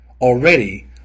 Already